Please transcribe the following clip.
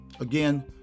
Again